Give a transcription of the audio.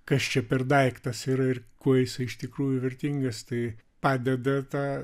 kas čia per daiktas ir ir kuo jisai iš tikrųjų vertingas tai padeda tą